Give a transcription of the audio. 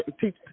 teach